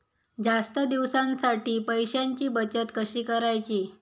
जास्त दिवसांसाठी पैशांची बचत कशी करायची?